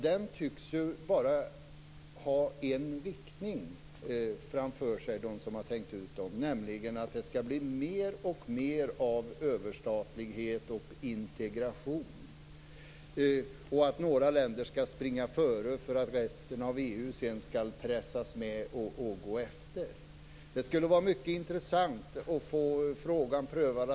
Den tycks ju bara gälla i en riktning enligt dem som tänkt ut detta, nämligen att det skall bli mer och mer av överstatlighet och integration. Några länder skall springa före för att resten av EU-länderna sedan skall pressas och komma efter.